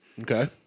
Okay